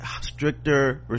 stricter